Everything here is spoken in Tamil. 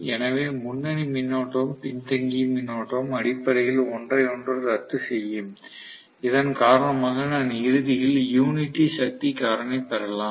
எனவே முன்னணி மின்னோட்டமும் பின்தங்கிய மின்னோட்டமும் அடிப்படையில் ஒன்றை ஒன்று ரத்து செய்யும் இதன் காரணமாக நான் இறுதியில் யூனிட்டி சக்தி காரணி பெறலாம்